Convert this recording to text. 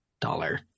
dollar